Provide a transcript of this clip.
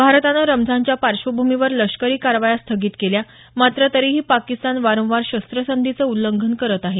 भारतानं रमझानच्या पार्श्वभूमीवर लष्करी कारवाया स्थगित केल्या मात्र तरीही पाकिस्तान वारंवार शस्त्रसंधीचं उल्लंघन करत आहे